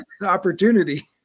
opportunity